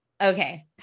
Okay